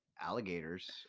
alligators